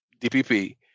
DPP